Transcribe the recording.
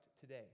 today